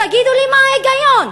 תגידו לי מה ההיגיון,